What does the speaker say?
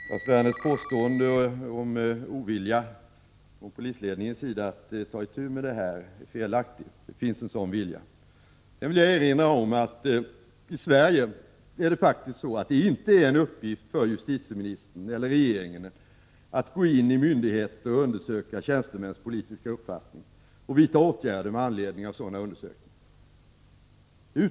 Herr talman! Lars Werners påstående om ovilja från polisledningens sida att ta itu med detta är felaktigt. Det finns en sådan vilja. Sedan vill jag erinra om att i Sverige är det inte en uppgift för justitieministern eller regeringen att gå in i myndigheter och undersöka tjänstemäns politiska uppfattningar eller vidta åtgärder med anledning av sådana undersökningar.